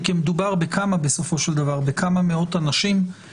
כי מדובר בכמה מאות אנשים בסופו של דבר.